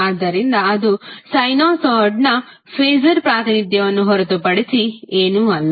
ಆದ್ದರಿಂದ ಅದು ಸೈನುಸಾಯ್ಡ್ನ ಫಾಸರ್ ಪ್ರಾತಿನಿಧ್ಯವನ್ನು ಹೊರತುಪಡಿಸಿ ಏನೂ ಅಲ್ಲ